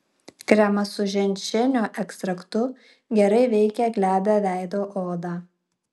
kremas su ženšenio ekstraktu gerai veikia glebią veido odą